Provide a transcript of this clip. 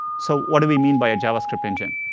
so what do we mean by a javascript engine?